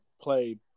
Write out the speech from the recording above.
play